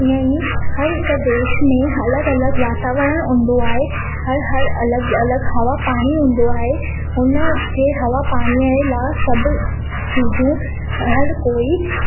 ईअं ई हर हिकु देश में अलॻि अलॻि वातावरण हूंदो आहे हर हर अलॻि अलॻि हवा पाणी हूंदो आहे हुन जे हवा पाणीअ जे लाइ सभु चीजू हर कोई